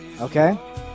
Okay